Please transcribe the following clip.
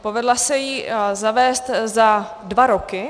Povedla se jí zavést za dva roky.